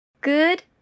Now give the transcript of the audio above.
Good